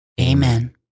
Amen